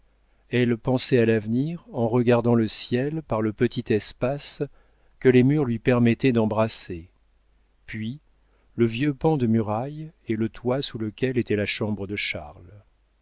elle pensait à l'avenir en regardant le ciel par le petit espace que les murs lui permettaient d'embrasser puis le vieux pan de muraille et le toit sous lequel était la chambre de charles